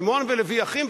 שמעון ולוי אחים,